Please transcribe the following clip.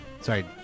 Sorry